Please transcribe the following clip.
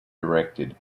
directed